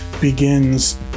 begins